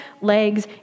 legs